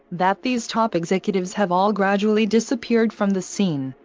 that these top executives have all gradually disappeared from the scene.